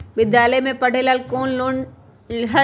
विद्यालय में पढ़े लेल कौनो लोन हई?